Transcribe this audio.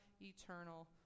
eternal